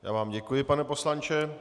Já vám děkuji, pane poslanče.